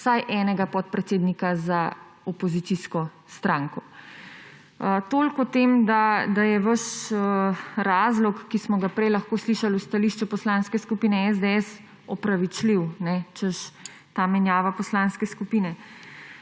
vsaj enega podpredsednika za opozicijsko stranko. Toliko o tem, da je vaš razlog, ki smo ga prej lahko slišal v stališču Poslanske skupine SDS, opravičljiv, češ, ta menjava poslanske skupine.